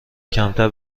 کمتر